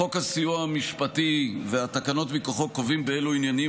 חוק הסיוע המשפטי והתקנות מכוחו קובעים באילו עניינים